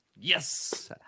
Yes